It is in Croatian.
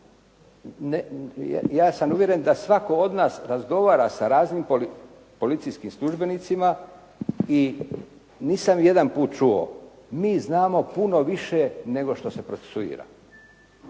Ja sam uvjeren da svatko od nas razgovara sa raznim policijskim službenicima i nisam jedan put čuo mi znamo puno više nego što se procesuira.